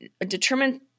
determine